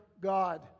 God